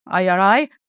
IRI